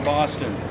Boston